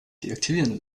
deaktivieren